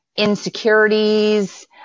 insecurities